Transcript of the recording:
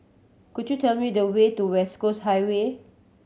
could you tell me the way to West Coast Highway